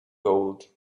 gold